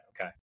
Okay